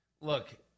Look